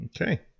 okay